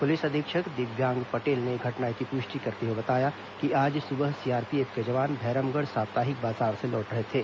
police अधीक्षक दिव्यांग पटेल ने घटना की पुष्टि करते हुए बताया कि आज सुबह सीआरपीएफ के जवान भैरमगढ़ साप्ताहिक बाजार से लौट रहे थे